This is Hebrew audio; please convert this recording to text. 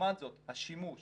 לעומת זאת השימוש